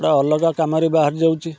ଗୋଟେ ଅଲଗା କାମରେ ବାହାରି ଯାଉଛି